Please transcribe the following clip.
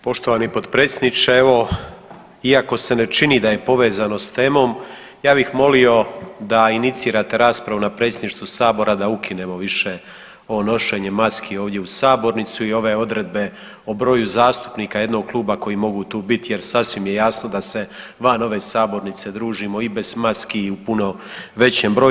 Poštovani potpredsjedniče evo iako se ne čini da je povezano s temom, ja bih molio da inicirate raspravu na predsjedništvu sabora da ukinemo više ovo nošenje maski ovdje u sabornici i ove odredbe o broju zastupnika jednog kluba koji mogu tu biti jer sasvim je jasno da se van ove sabornice družimo i bez maski i u puno većem broju.